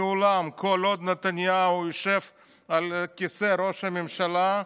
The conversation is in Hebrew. כל עוד נתניהו יושב על כיסא ראש הממשלה,